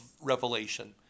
Revelation